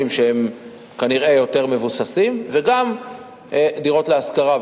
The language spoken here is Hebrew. שהם כנראה יותר מבוססים וגם יהיו דירות להשכרה,